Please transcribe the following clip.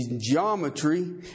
geometry